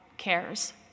cares